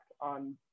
on